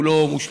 הוא לא מושלם,